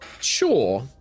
Sure